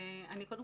אני פותח